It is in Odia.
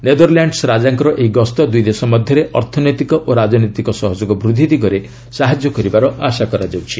ନେଦରଲ୍ୟାଣ୍ଡ୍ସ ରାଜାଙ୍କର ଏହି ଗସ୍ତ ଦୁଇଦେଶ ମଧ୍ୟରେ ଅର୍ଥନୈତିକ ଓ ରାଜନୈତିକ ସହଯୋଗ ବୃଦ୍ଧି ଦିଗରେ ସାହାଯ୍ୟ କରିବାର ଆଶା କରାଯାଉଛି